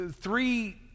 three